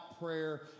prayer